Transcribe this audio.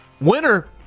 Winner